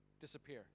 disappear